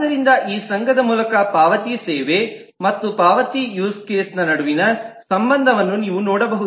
ಆದ್ದರಿಂದ ಈ ಸಂಘದ ಮೂಲಕ ಪಾವತಿ ಸೇವೆ ಮತ್ತು ಪಾವತಿ ಯೂಸ್ ಕೇಸ್ ದ ನಡುವಿನ ಸಂಬಂಧವನ್ನು ನೀವು ನೋಡಬಹುದು